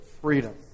freedom